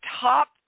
top